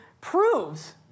proves